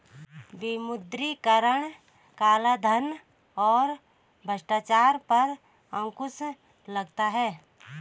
विमुद्रीकरण से कालाधन और भ्रष्टाचार पर अंकुश लगता हैं